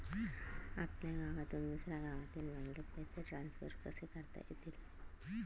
आपल्या गावातून दुसऱ्या गावातील बँकेत पैसे ट्रान्सफर कसे करता येतील?